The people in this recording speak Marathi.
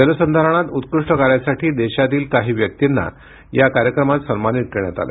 जलसंधारणात उत्कृष्ट कार्यासाठी देशातील काही व्यक्तींना या कार्यक्रमात सन्मानित करण्यात आले